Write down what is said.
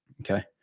Okay